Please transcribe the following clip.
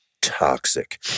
toxic